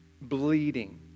bleeding